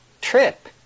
trip